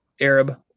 Arab